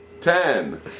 Ten